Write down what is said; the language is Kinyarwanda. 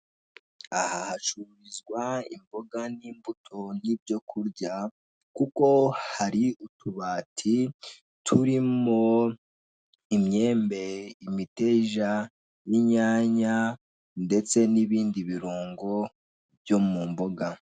Aha hacururizwa imboga n'imbuto n'ibyokurya kuko hari utubati turimo imyembe ,imiteja n'inyanya ndetse n'ibindi birungo byo mu mboga.